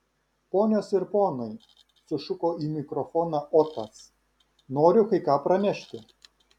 ponios ir ponai sušuko į mikrofoną otas noriu kai ką pranešti